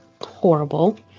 horrible